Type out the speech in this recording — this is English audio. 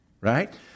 right